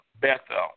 Bethel